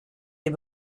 est